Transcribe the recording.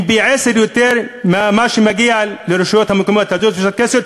הם פי-עשרה ממה שמגיע לרשויות המקומיות הדרוזיות והצ'רקסיות,